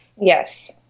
Yes